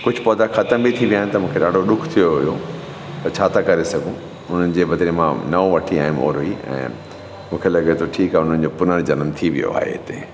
कुझु पौधा ख़त्म बि थी विया आहिनि त मूंखे ॾाढो दुखु थियो हुयो त छा था करे सघूं उन्हनि जे बदिरें मां नओं वठी आयुमि ओड़ो ई मूंखे लॻे थो ठीकु आहे उन्हनि जो पुनर्जन्म थी वियो आहे हिते